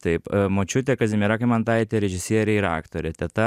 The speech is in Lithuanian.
taip močiutė kazimiera kymantaitė režisierė ir aktorė teta